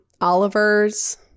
oliver's